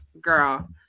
girl